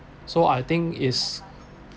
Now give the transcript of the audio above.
so I think is